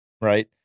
Right